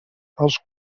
els